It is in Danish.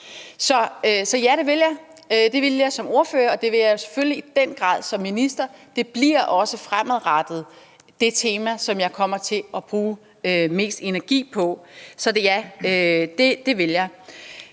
gjorde jeg som ordfører, og det vil jeg selvfølgelig i den grad gøre som minister. Det bliver også fremadrettet det tema, som jeg kommer til at bruge mest energi på. Men i